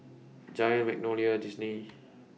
Giant Magnolia Disney